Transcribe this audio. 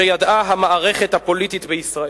שידעה המערכת הפוליטית בישראל.